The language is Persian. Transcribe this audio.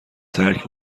ترک